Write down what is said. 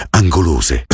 angolose